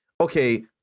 okay